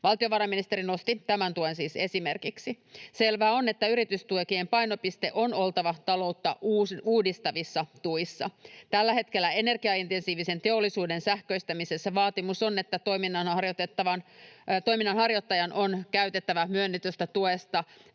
Valtiovarainministeriö nosti tämän tuen siis esimerkiksi. Selvää on, että yritystukien painopiste on oltava taloutta uudistavissa tuissa. Tällä hetkellä energiaintensiivisen teollisuuden sähköistämisessä vaatimus on, että toiminnanharjoittajan on käytettävä myönnetystä tuesta